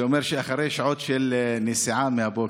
זה אומר אחרי שעות של נסיעה מהבוקר.